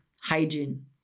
hygiene